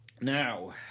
now